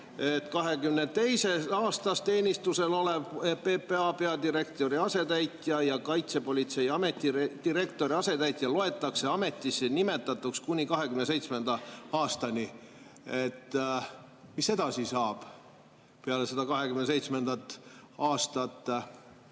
2022. aastast teenistuses olev PPA peadirektori asetäitja ja Kaitsepolitseiameti direktori asetäitja loetakse ametisse nimetatuks kuni 2027. aastani. Mis saab peale seda 2027. aastat?